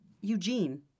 Eugene